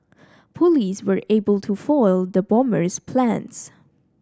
police were able to foil the bomber's plans